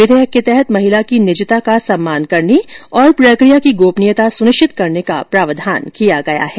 विधेयक के तहत महिला की निजता का सम्मान करने और प्रक्रिया की गोपनीयता सुनिश्चित करने का प्रावधान किया गया है